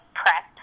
prep